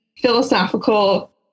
philosophical